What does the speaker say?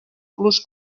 plus